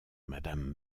madame